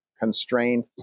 constrained